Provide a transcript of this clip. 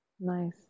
Nice